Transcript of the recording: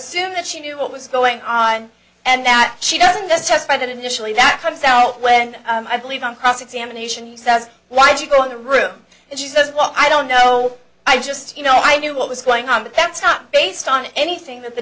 assumed that she knew what was going on and that she doesn't that just by that initially that comes out when i believe on cross examination he says why did you go in the room and she says well i don't know i just you know i knew what was going on but that's not based on anything that the